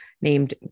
named